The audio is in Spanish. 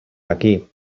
aquí